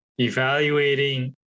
evaluating